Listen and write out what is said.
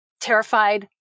terrified